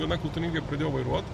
gana kultūringai vairuot